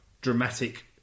dramatic